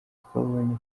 twabonye